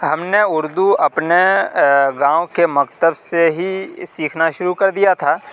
ہم نے اردو اپنے گاؤں کے مکتب سے ہی سیکھنا شروع کر دیا تھا